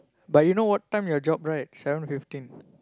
but you know what time your job right seven fifteen